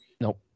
Nope